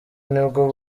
nibwo